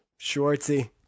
Schwartzy